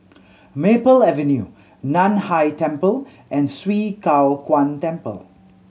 Maple Avenue Nan Hai Temple and Swee Kow Kuan Temple